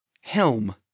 Helm